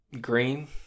green